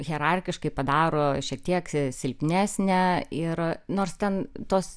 hierarchiškai padaro šiek tiek silpnesnę ir nors ten tos